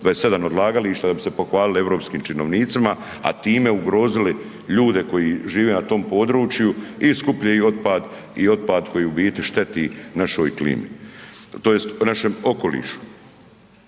27 odlagališta da bi se pohvalili europskim činovnicima a time ugrozili ljude koji žive na tom području i skupljaju otpad i otpad koji u biti šteti našoj klimi, tj. našem okolišu.